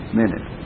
minute